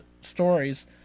stories